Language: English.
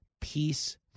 Peace